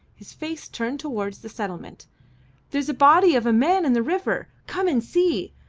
his face turned towards the settlement there's a body of a man in the river! come and see!